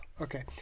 Okay